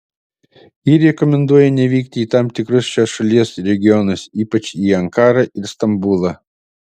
ji rekomenduoja nevykti į tam tikrus šios šalies regionus ypač į ankarą ir stambulą